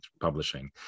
publishing